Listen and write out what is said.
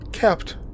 kept